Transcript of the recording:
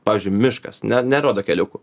pavyzdžiui miškas ne nerodo keliukų